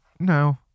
No